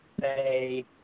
say